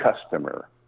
customer